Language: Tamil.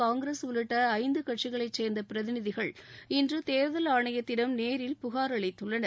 காங்கிரஸ் உள்ளிட்ட ஐந்து கட்சிகளை சேர்ந்த பிரதிநிதிகள் இன்று தேர்தல் ஆணையத்திடம் நேரில் புகார் அளித்துள்ளனர்